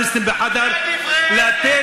לא לתמוך בטרוריסטים בחאדר, תודה.